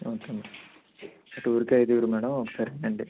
okay madam టూర్కి ఐదుగురు madam ఓకేనండి